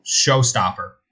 Showstopper